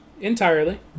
Entirely